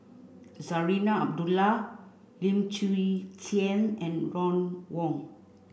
Zarinah Abdullah Lim Chwee Chian and Ron Wong